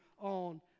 on